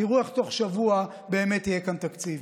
תראו איך תוך שבוע באמת יהיה כאן תקציב.